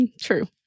True